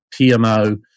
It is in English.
PMO